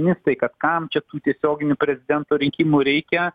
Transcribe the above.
nes tai kad kam čia tų tiesioginių prezidento rinkimų reikia